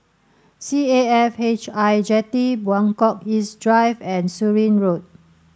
C A F H I Jetty Buangkok East Drive and Surin Road